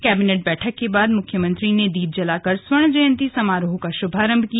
cabinet बैठक के बाद मुख्यमंत्री ने दीप जलाकर स्वर्ण जयन्ती समारोह का श्भारम्भ किया